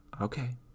Okay